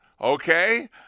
okay